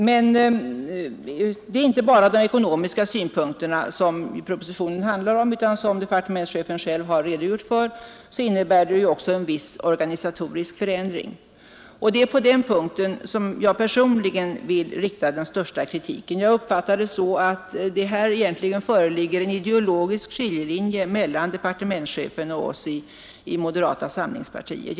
Men det är inte bara de ekonomiska synpunkterna propositionen handlar om, utan som departementschefen själv har redogjort för innebär förslaget också en organisatorisk förändring, och det är på den punkten jag personligen vill rikta den största kritiken. Jag uppfattar det så, att här föreligger egentligen en ideologisk skiljelinje mellan departementschefen och oss i moderata samlingspartiet.